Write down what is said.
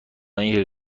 اینکه